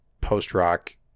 post-rock